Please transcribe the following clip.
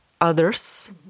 others